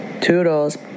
Toodles